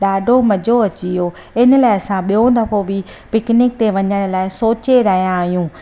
ॾाढो मज़ो अची वियो हिन लाइ असां ॿियों दफ़ो बि पिकनिक ते वञण लाइ सोचे रहिया आहियूं